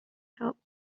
help